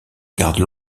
gardent